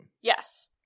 yes